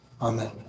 amen